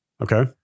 Okay